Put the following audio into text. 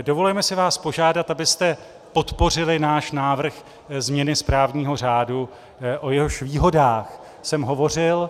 Dovolujeme si vás požádat, abyste podpořili náš návrh změny správního řádu, o jehož výhodách jsem hovořil.